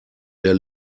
der